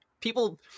people